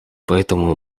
поэтому